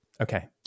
okay